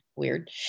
weird